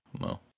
No